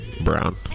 Brown